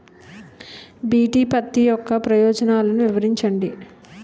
BT పత్తి యొక్క ప్రయోజనాలను వివరించండి?